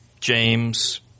James